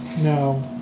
no